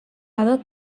other